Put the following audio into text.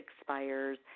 expires